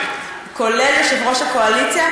כולל יושב-ראש הקואליציה,